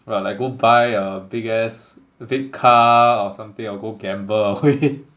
what like go buy a big ass big car or something or go gamble away